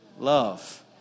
love